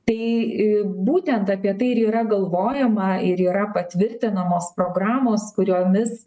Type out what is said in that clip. tai būtent apie tai ir yra galvojama ir yra patvirtinamos programos kuriomis